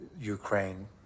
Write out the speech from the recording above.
Ukraine